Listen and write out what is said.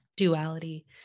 duality